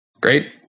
Great